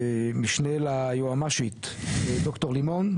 המשנה ליועמ"שית ד"ר לימון,